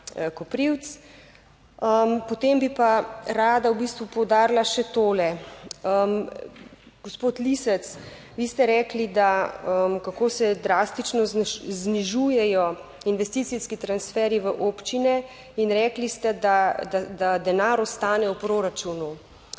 Potem bi pa rada v bistvu poudarila še tole, gospod Lisec, vi ste rekli, da kako se drastično znižujejo investicijski transferji v občine in rekli ste, da denar ostane v proračunu.